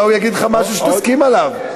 אולי הוא יגיד לך משהו שתסכים עליו.